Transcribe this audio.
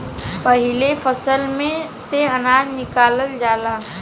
पाहिले फसल में से अनाज निकालल जाला